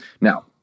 Now